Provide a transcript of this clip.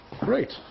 Great